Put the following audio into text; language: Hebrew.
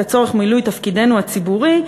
לצורך מילוי תפקידנו הציבורי,